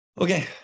Okay